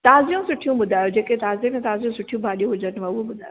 ताज़ियूं सुठियूं ॿुधायो जेके ताज़े में ताज़ियूं सुठियूं भाॼियूं हुजनिव उहो ॿुधायो